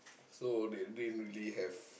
so they didn't really have